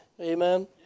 amen